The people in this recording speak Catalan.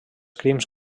crims